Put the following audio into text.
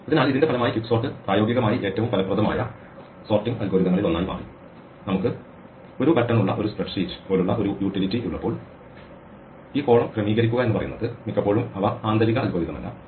അതിനാൽ ഇതിന്റെ ഫലമായി ക്വിക്സോർട്ട് പ്രായോഗികമായി ഏറ്റവും ഫലപ്രദമായ സോർട്ടിംഗ് അൽഗോരിതങ്ങളിൽ ഒന്നായി മാറി നമുക്ക് ഒരു ബട്ടൺ ഉള്ള ഒരു സ്പ്രെഡ് ഷീറ്റ് പോലുള്ള ഒരു യൂട്ടിലിറ്റി ഉള്ളപ്പോൾ ഈ കോളം ക്രമീകരിക്കുക എന്ന് പറയുന്നത് മിക്കപ്പോഴും അവ ആന്തരിക അൽഗോരിതം അല്ല